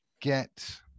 get